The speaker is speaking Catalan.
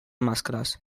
mascles